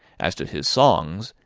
as to his songs,